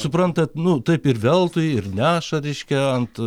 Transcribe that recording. suprantate nu taip ir veltui ir neša reiškia ant